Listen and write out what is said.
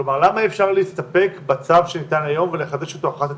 כלומר למה אי אפשר להסתפק בצו שניתן היום ולחדש אותו אחת לתקופה?